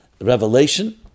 revelation